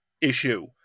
issue